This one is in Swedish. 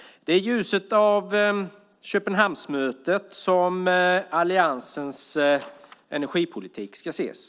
Det är i ljuset av Köpenhamnsmötet som alliansens energipolitik ska ses.